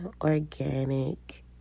organic